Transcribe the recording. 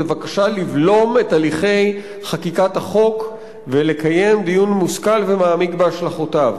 "בבקשה לבלום את הליכי חקיקת החוק ולקיים דיון מושכל ומעמיק בהשלכותיו.